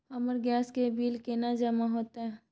हमर गैस के बिल केना जमा होते?